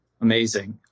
Amazing